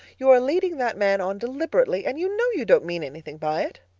you are leading that man on deliberately and you know you don't mean anything by it.